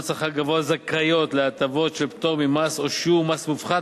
שכר גבוה זכאיות להטבות של פטור ממס או שיעור מס מופחת